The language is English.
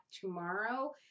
tomorrow